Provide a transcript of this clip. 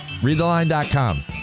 Readtheline.com